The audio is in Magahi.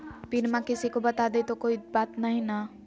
पिनमा किसी को बता देई तो कोइ बात नहि ना?